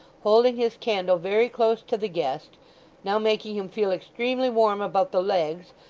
holding his candle very close to the guest now making him feel extremely warm about the legs,